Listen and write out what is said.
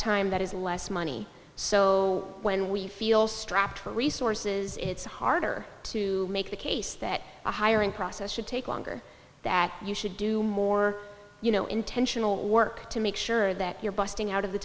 time that is less money so when we feel strapped for resources it's harder to make the case that a hiring process should take longer that you should do more you know intentional work to make sure that you're busting out of the